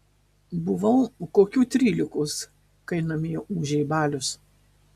buvau kokių trylikos kai namie ūžė balius